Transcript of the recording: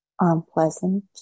unpleasant